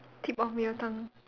tip of your tongue